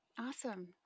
Awesome